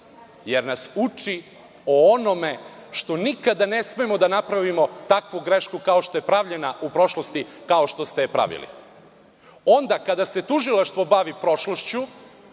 jer nas uči onome da nikada ne smemo da napravimo takvu grešku kao što je pravljena u prošlosti, kao što ste je pravili. Onda kada se tužilaštvo bavi prošlošću